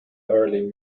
early